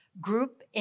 group